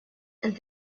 and